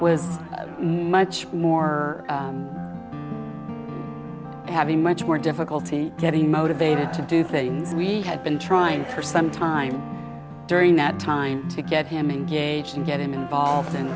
was much more having much more difficulty getting motivated to do things we had been trying for some time during that time to get him in gage and get him involved in